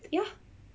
ya